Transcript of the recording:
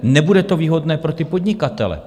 Nebude to výhodné pro podnikatele.